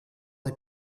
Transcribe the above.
des